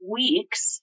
weeks